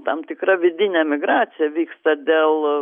tam tikra vidinė migracija vyksta dėl